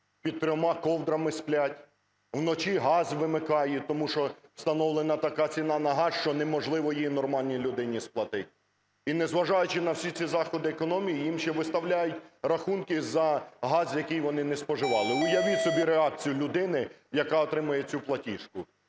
під трьома ковдрами сплять, вночі газ вимикають, тому що встановлена така ціна на газ, що неможливо її нормальній людині сплатить. І, незважаючи на всі ці заходи економії, їм ще виставляють рахунки за газ, який вони не споживали. Уявіть собі реакцію людини, яка отримає цю платіжку.